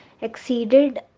exceeded